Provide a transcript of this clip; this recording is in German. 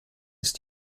ist